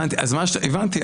הבנתי.